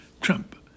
Trump